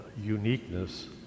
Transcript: uniqueness